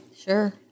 Sure